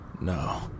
No